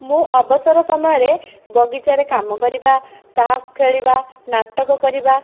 ମୁଁ ଅବସର ସମୟରେ ବଗିଚାରେ କାମ କରିବା ତାସ୍ ଖେଳିବା ନାଟକ କରିବା